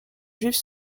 juifs